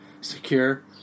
secure